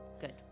Good